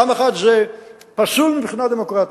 פעם אחת, זה פסול מבחינה דמוקרטית,